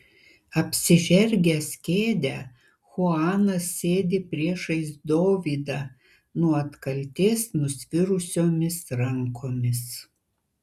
apsižergęs kėdę chuanas sėdi priešais dovydą nuo atkaltės nusvirusiomis rankomis